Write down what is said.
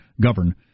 govern